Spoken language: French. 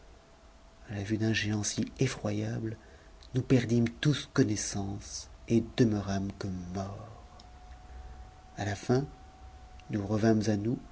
la vue d'un géant si effroyable nous perdîmes tous connaissance et demeurâmes comme morts a la fin nous revînmes à nous